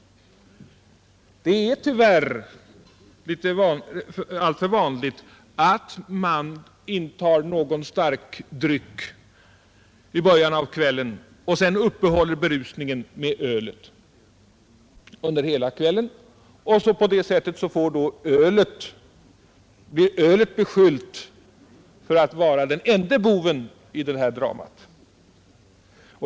Det är tyvärr alltför vanligt att man intar någon starkdryck i början av kvällen och under resten av kvällen uppehåller berusningen med öl. På det sättet blir ölet beskyllt för att vara den ende boven i dramat.